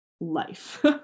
life